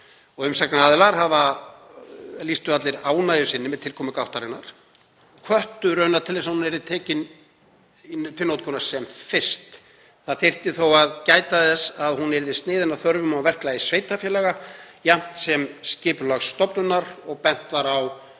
Umsagnaraðilar lýstu allir ánægju sinni með tilkomu gáttarinnar, hvöttu raunar til þess að hún yrði tekin í notkun sem fyrst. Þó þyrfti að gæta þess að hún yrði sniðin að þörfum og verklagi sveitarfélaga jafnt sem Skipulagsstofnunar og bent var á